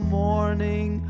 morning